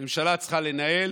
הממשלה צריכה לנהל